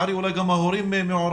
ולצערי אולי גם ההורים מעורבים.